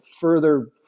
further